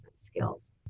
skills